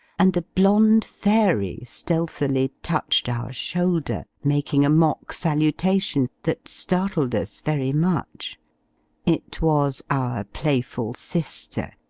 and a blonde fairy stealthily touched our shoulder, making a mock salutation, that startled us very much it was our playful sister,